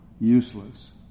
useless